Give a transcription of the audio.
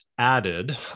added